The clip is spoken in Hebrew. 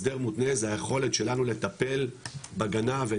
הסדר מותנה זה היכולת שלנו לטפל בגנב אל